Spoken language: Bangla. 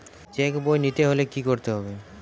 চেক বই নিতে হলে কি করতে হবে?